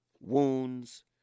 Wounds